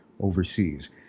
overseas